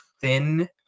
thin